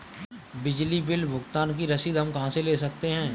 बिजली बिल भुगतान की रसीद हम कहां से ले सकते हैं?